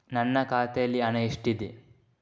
ನನ್ನ ಖಾತೆಯಲ್ಲಿ ಹಣ ಎಷ್ಟಿದೆ?